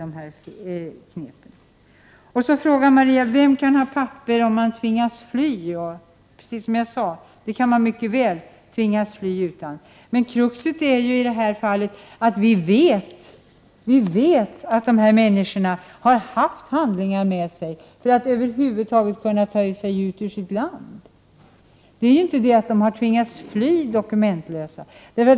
Maria Leissner undrar vem som kan ha papper med sig när man tvingas att fly. Precis som jag sade tidigare kan man mycket väl tvingas att fly utan att få med papper. Kruxet i det här fallet är att vi vet att dessa människor har haft handlingar med sig för att kunna ta sig ut ur sitt land. Det är ju inte så att de har tvingats fly dokumentlösa.